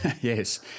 yes